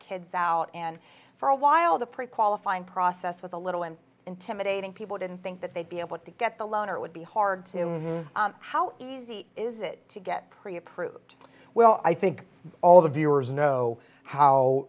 kids out and for a while the pre qualifying process was a little and intimidating people didn't think that they'd but to get the loan or it would be hard to know how easy is it to get pre approved well i think all the viewers know how